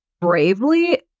bravely